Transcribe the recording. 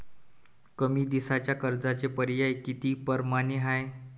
कमी दिसाच्या कर्जाचे पर्याय किती परमाने हाय?